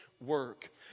work